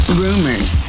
rumors